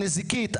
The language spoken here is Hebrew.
הנזיקית,